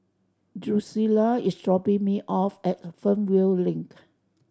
Drucilla is dropping me off at Fernvale Link